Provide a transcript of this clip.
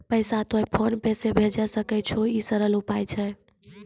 पैसा तोय PhonePe से भैजै सकै छौ? ई सरल उपाय छै?